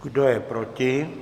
Kdo je proti?